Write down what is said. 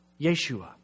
Yeshua